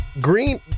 green